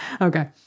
Okay